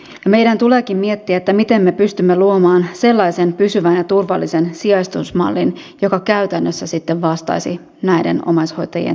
meidän tuleekin miettiä miten me pystymme luomaan sellaisen pysyvän ja turvallisen sijaistusmallin joka käytännössä vastaisi näiden omaishoitajien tarpeeseen